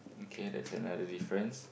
okay that's another difference